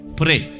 pray